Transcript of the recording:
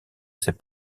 ses